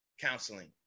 counseling